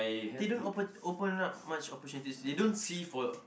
they don't open open up much opportunities they don't see for